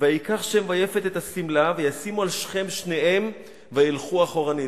"ויקח שם ויפת את השמלה וישימו על שכם שניהם וילכו אחרנית".